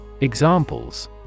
Examples